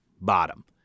bottom